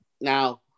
now